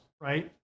right